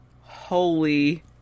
Holy